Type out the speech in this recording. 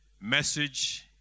message